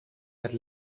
het